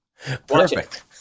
perfect